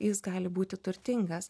jis gali būti turtingas